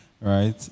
right